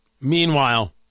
Meanwhile